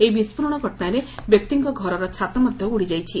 ଏହି ବିସ୍କୋରଣ ଘଟଣାରେ ବ୍ୟକ୍ତିଙ୍କ ଘରର ଛାତ ମଧ୍ଘ ଉଡିଯାଇଛି